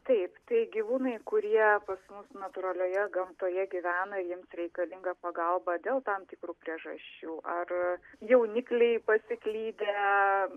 taip tai gyvūnai kurie pas mus natūralioje gamtoje gyvena jiems reikalinga pagalba dėl tam tikrų priežasčių ar jaunikliai pasiklydę